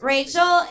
Rachel